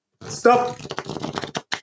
Stop